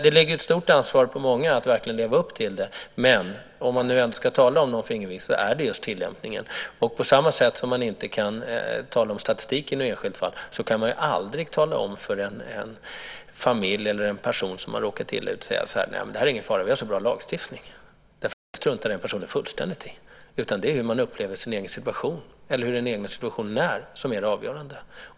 Det ligger ett stort ansvar på många att verkligen leva upp till det. Om man nu önskar tala om någon fingervisning så är det just tillämpningen. På samma sätt som man inte kan tala om statistiken i ett enskilt fall kan man aldrig tala om för en familj eller en person som har råkat illa ut att det inte är någon fara därför att vi har så bra lagstiftning. Det struntar den personen fullständigt i. Det är hur man upplever sin egen situation eller hur den egna situationen är som är det avgörande.